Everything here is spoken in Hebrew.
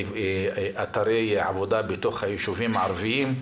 דיברנו על אתרי עבודה בתוך היישובים הערביים.